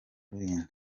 rulindo